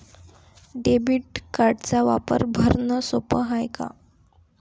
Debit कार्डचा वापर भरनं सोप हाय का?